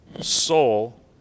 soul